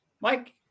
Mike